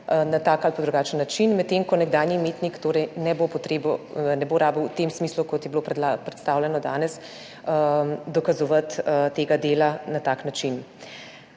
na tak ali drugačen način, medtem ko nekdanjemu imetniku ne bo treba v tem smislu, kot je bilo predstavljeno danes, dokazovati tega dela na tak način.